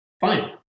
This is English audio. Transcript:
fine